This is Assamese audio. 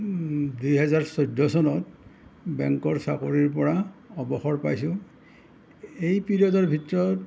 দুই হাজাৰ চৈধ্য চনত বেংকৰ চাকৰিৰ পৰা অৱসৰ পাইছোঁ এই পিৰিয়দৰ ভিতৰত